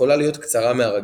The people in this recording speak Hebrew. יכולה להיות קצרה מהרגיל.